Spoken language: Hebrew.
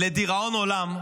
זה לדיראון עולם.